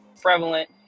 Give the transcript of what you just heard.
prevalent